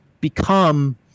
become –